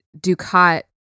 Ducat